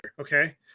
okay